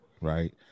right